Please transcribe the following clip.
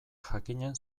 jakinen